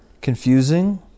confusing